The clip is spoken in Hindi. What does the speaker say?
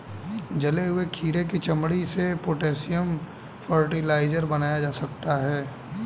जले हुए खीरे की चमड़ी से पोटेशियम फ़र्टिलाइज़र बनाया जा सकता है